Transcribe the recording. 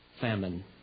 famine